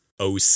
OC